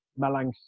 Malang